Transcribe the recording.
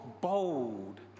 bold